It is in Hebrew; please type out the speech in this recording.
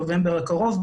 נובמבר הקרוב,